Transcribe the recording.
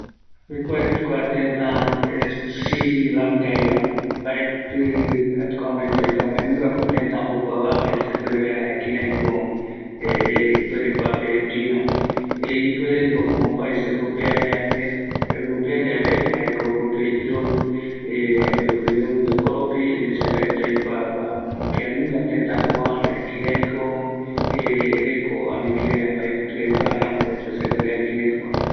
Jekuae kua tëtä siri lanka jeiva mbaetɨ aikua, jare jae vaera kïraïko kua tëtäpe, iroɨra, araku ra, aikuaa kua tëtä